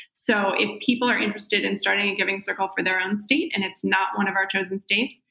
so if people are interested in starting a giving circle for their own state and it's not one of our chosen states,